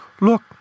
Look